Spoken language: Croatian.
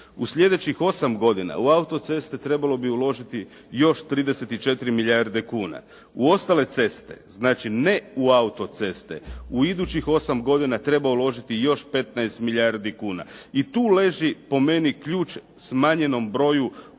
U sljedećih 8 godina u autoceste trebalo bi uložiti još 34 milijarde kuna. U ostale ceste, znači ne u autoceste, u idućih 8 godina treba uložiti još 15 milijardi kuna i tu leži po meni ključ smanjenom broju poginulih,